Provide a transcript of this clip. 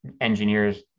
engineers